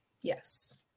Yes